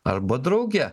arba drauge